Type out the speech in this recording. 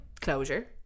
closure